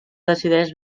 decideix